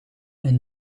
een